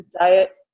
diet